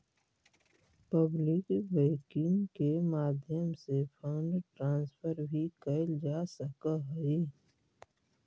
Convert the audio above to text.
public banking के माध्यम से फंड ट्रांसफर भी कैल जा सकऽ हइ